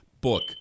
book